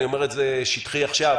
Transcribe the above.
אני אומר את זה שטחי עכשיו,